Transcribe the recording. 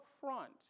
front